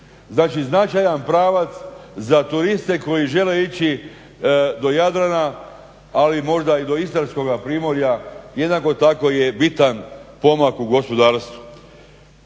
značajan pravac za turiste koji žele ići do Jadrana ali možda i do istarskoga primorja jednako tako je bitan pomak u gospodarstvu.